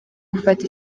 gufata